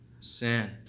sin